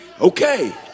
Okay